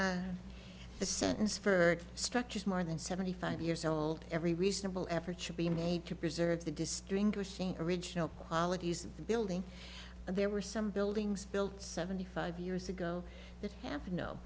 that's the sentence for structures more than seventy five years old every reasonable effort should be made to preserve the distinguishing original qualities of the building and there were some buildings built seventy five years ago that happen no